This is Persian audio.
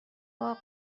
باغ